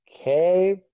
Okay